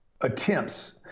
attempts